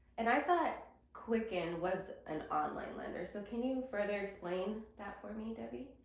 and i thought quicken was an online lender so can you further explain that for me, debbie?